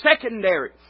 secondary